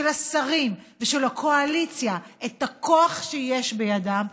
של השרים ושל הקואליציה של הכוח שיש בידם,